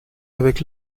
avec